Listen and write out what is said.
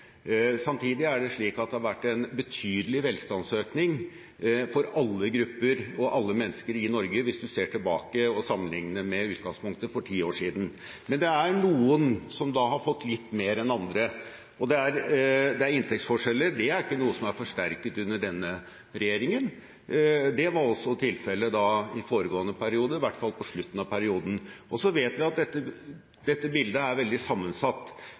Samtidig er det slik at det har vært en betydelig velstandsøkning for alle grupper og alle mennesker i Norge hvis man ser tilbake og sammenligner med utgangspunktet for ti år siden. Men det er noen som da har fått litt mer enn andre. Det at det er inntektsforskjeller, er ikke noe som har blitt forsterket under denne regjeringen, det var også tilfellet i foregående periode, i hvert fall på slutten av perioden. Så vet vi at dette bildet er veldig sammensatt.